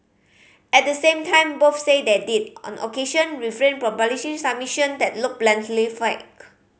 at the same time both say they did on occasion refrain from publishing submission that looked blatantly fake